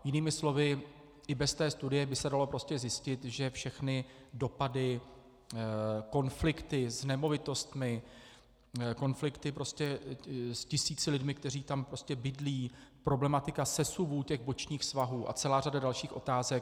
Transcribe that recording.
Jinými slovy, i bez té studie by se dalo zjistit, že všechny dopady, konflikty s nemovitostmi, konflikty s tisíci lidmi, kteří tam bydlí, problematika sesuvů těch bočních svahů a celá řada dalších otázek.